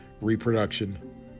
reproduction